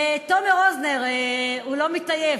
לתומר רוזנר, הוא לא מתעייף,